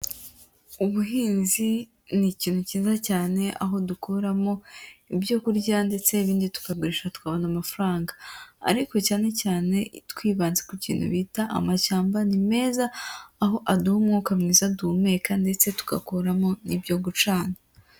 Ubuhinzi ni ikintu cyiza cyane aho dukuramo ibyo kurya ndetse ibindi tukagurisha tubona amafaranga. Ariko cyane cyane twibanze ku kintu bita amashyamba ni meza, aho aduha umwuka mwiza duhumeka ndetse tugakuramo n'ibyo gucana.